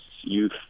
youth